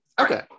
Okay